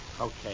Okay